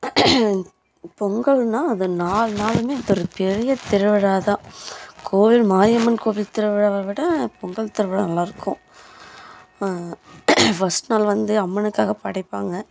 பொங்கல்ன்னால் அது நாலு நாளுமே ஒரு பெரிய திருவிழாதான் கோவில் மாரியம்மன் கோவில் திருவிழாவை விட பொங்கல் திருவிழா நல்லா இருக்கும் ஃபஸ்ட் நாள் வந்து அம்மனுக்காக படைப்பாங்க